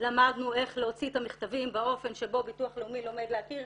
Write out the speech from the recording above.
למדנו איך להוציא את המכתבים באופן שבו הביטוח הלאומי לומד להכיר,